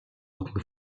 rücken